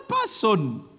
person